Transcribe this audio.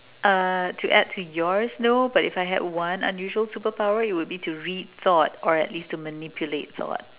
uh to add to yours no but if I had one unusual superpower it would be to read thought or at least to manipulate thought